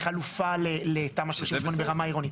חלופה לתמ"א 38 ברמה עירונית.